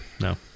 No